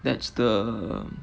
that's the